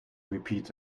repeat